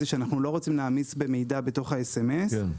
שאנחנו לא רוצים להעמיס במידע בתוך האס.אמ.אס,